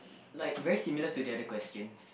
like very similar to the other questions